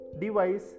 device